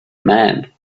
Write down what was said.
man